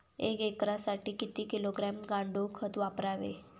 एक एकरसाठी किती किलोग्रॅम गांडूळ खत वापरावे?